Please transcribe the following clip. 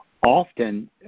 Often